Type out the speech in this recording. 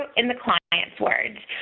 in the clients words.